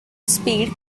speed